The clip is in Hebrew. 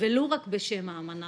ולו רק בשם האמנה,